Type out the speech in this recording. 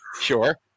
sure